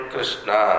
Krishna